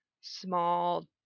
small